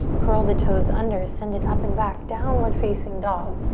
curl the toes under, send it up and back, downward facing dog.